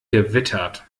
gewittert